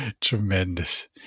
Tremendous